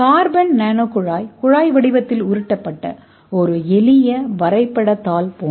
carbon nano குழாய் குழாய் வடிவத்தில் உருட்டப்பட்ட ஒரு எளிய வரைபடத் தாள் போன்றது